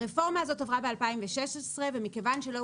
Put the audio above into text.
הרפורמה הזאת עברה ב-2016 ומכיוון שלא